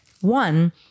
One